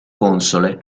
console